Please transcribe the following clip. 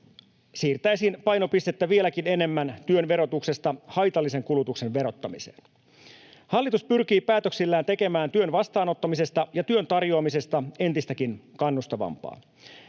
siirtäisin painopistettä vieläkin enemmän työn verotuksesta haitallisen kulutuksen verottamiseen. Hallitus pyrkii päätöksillään tekemään työn vastaanottamisesta ja työn tarjoamisesta entistäkin kannustavampaa.